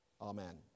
Amen